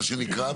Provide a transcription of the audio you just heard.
מה שנקרא,